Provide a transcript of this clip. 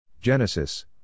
Genesis